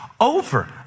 over